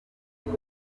kiri